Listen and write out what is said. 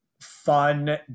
fun